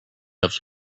have